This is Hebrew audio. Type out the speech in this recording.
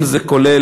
אם זה כולל,